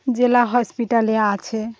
জেলা হসপিটালে আছে